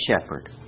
shepherd